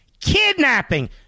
kidnapping